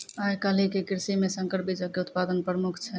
आइ काल्हि के कृषि मे संकर बीजो के उत्पादन प्रमुख छै